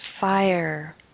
fire